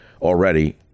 already